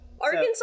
Arkansas